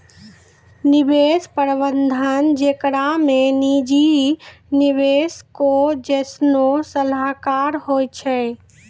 निवेश प्रबंधन जेकरा मे निजी निवेशको जैसनो सलाहकार होय छै